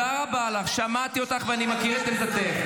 אדוני היו"ר, התפקיד שלך לשמור על מדינת ישראל.